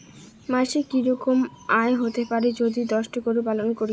মাসিক কি রকম আয় হতে পারে যদি দশটি গরু পালন করি?